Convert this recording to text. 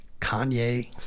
Kanye